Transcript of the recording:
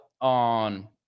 on